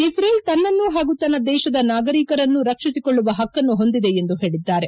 ಇಕ್ರೇಲ್ ತನ್ನನ್ನು ಹಾಗೂ ತನ್ನ ದೇಶದ ನಾಗರಿಕರನ್ನು ರಕ್ಷಿಸಿಕೊಳ್ಳುವ ಪಕ್ಕನ್ನು ಹೊಂದಿದೆ ಎಂದು ಹೇಳಿದ್ದಾರೆ